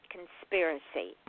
Conspiracy